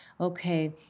okay